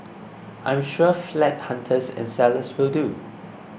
I am sure flat hunters and sellers will too